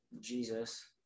Jesus